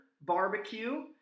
barbecue